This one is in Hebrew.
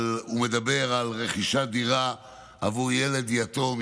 אבל הוא מדבר על רכישת דירה עבור ילד יתום,